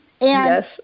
Yes